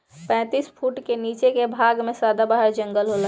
पैतीस फुट के नीचे के भाग में सदाबहार जंगल होला